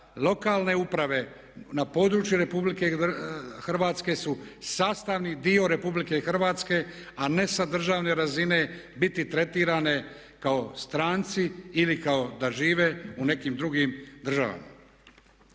lokalne uprave na području Republike Hrvatske su sastavni dio Republike Hrvatske a ne sa državne razine biti tretirane kao stranci ili kao da žive u nekim drugim državama.